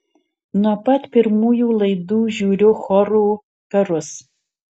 nuo pat pirmųjų laidų žiūriu chorų karus